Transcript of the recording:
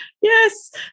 Yes